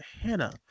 hannah